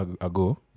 ago